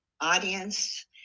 audience